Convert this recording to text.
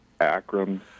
Akram